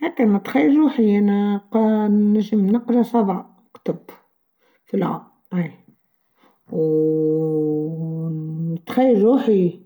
حتى متخرج روحي أنا قااا نجم نقرأ سبعه كتب في العام إي ووووو نتخرج روحي